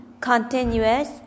continuous